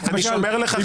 בובות,